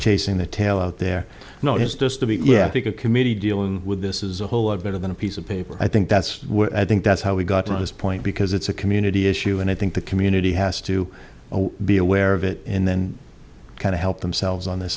chasing the tail out there you know it's just to be yeah i think a committee dealing with this is a whole lot better than a piece of paper i think that's i think that's how we got to this point because it's a community issue and i think the community has to be aware of it in kind of help themselves on this